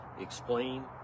explain